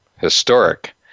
historic